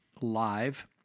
live